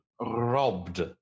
robbed